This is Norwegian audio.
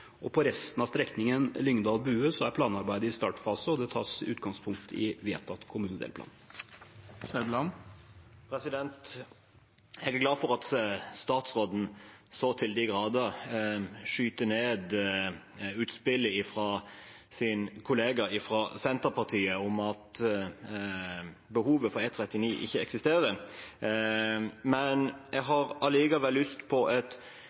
På resten av strekningen Lyngdal–Bue er planarbeidet i startfase, og det tas utgangspunkt i vedtatt kommunedelplan. Jeg er glad for at statsråden så til de grader skyter ned utspillet fra sin kollega fra Senterpartiet, om at behovet for E39 ikke eksisterer. Likevel har jeg lyst på et